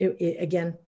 Again